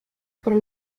para